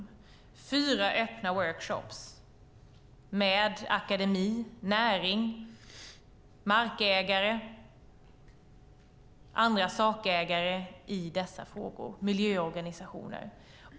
Vi har haft fyra öppna workshops med akademi, näring, markägare, andra sakägare i dessa frågor och miljöorganisationer.